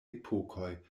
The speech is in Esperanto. epokoj